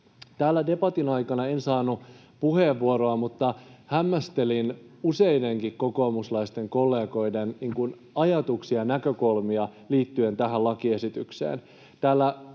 Täällä debatin aikana en saanut puheenvuoroa, mutta hämmästelin useidenkin kokoomuslaisten kollegoiden ajatuksia ja näkökulmia liittyen tähän lakiesitykseen.